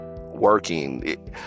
working